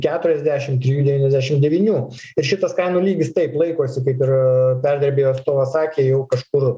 keturiasdešim trijų devyniasdešim devynių ir šitas kainų lygis taip laikosi kaip ir perdirbėjų atstovas sakė jau kažkur